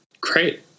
Great